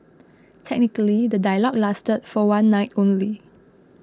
technically the dialogue lasted for one night only